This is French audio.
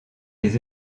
les